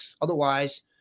Otherwise